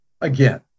again